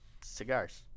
cigars